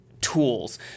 tools